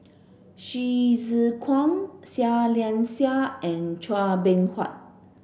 Hsu Tse Kwang Seah Liang Seah and Chua Beng Huat